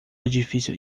edifício